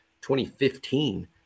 2015